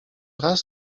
raz